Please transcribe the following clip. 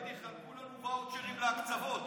עוד מעט יחלקו לנו ואוצ'רים להקצבות.